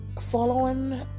following